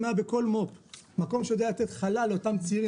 אם בכל מו"פ היה מקום שיודע לתת חלל לאותם צעירים.